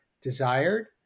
desired